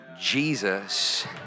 Jesus